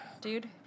dude